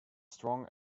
strong